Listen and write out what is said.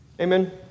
Amen